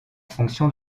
fonction